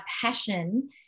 passion